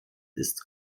ist